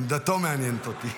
עמדתו מעניינת אותי.